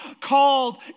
called